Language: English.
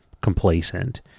complacent